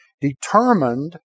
determined